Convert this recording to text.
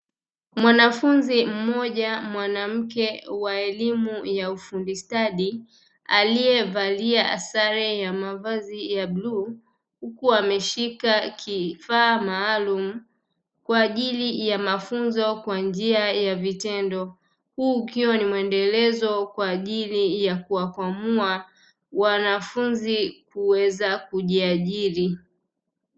Mwanafunzi mmoja mwanamke wa elimu ya ufundistadi aliyevalia sare ya mavazi ya bluu, huku ameshika kifaa maalumu kwa ajili ya mafunzo kwa njia ya vitendo. Huu ukiwa ni mwendelezo kwa ajili ya kuwakwamua wanafunzi kuweza kujiajiri.